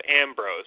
Ambrose